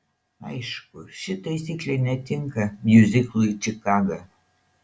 aišku ši taisyklė netinka miuziklui čikaga